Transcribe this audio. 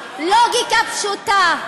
לוגיקה פשוטה.